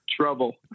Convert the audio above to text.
trouble